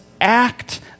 act